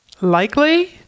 Likely